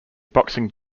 boxing